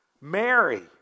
Mary